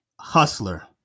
Hustler